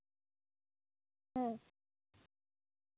ᱦᱮᱸ